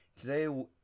Today